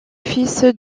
fils